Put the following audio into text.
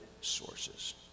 sources